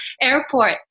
airport